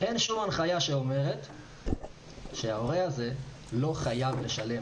אין שום הנחיה שאומרת שההורה הזה לא חייב לשלם